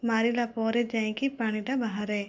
ମାରିଲା ପରେ ଯାଇଁକି ପାଣିଟା ବାହାରେ